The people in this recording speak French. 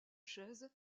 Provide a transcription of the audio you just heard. chaise